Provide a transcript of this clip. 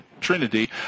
Trinity